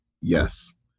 yes